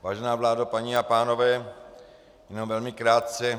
Vážená vládo, paní a pánové, jenom velmi krátce.